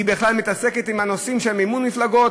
היא בכלל מתעסקת עם הנושאים של מימון מפלגות,